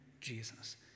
Jesus